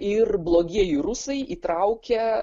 ir blogieji rusai įtraukia